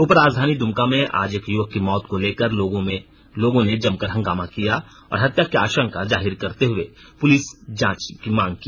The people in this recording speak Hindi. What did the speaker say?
उपराजधानी दुमका में आज एक युवक की मौत को लेकर लोगों ने जाम कर हंगामा किया और हत्या की आषंका जाहिर करते हुए पुलिस जांच की मांग की